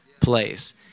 place